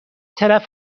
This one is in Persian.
طرف